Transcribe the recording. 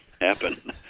happen